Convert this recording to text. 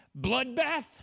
bloodbath